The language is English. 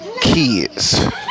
Kids